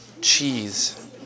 Cheese